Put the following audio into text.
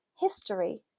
history